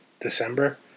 December